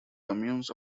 communes